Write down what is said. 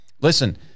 listen